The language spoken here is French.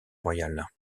royal